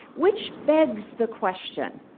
which begs the question,